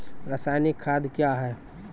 रसायनिक खाद कया हैं?